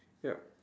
ya